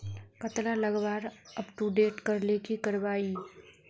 कतला लगवार अपटूडेट करले की करवा ई?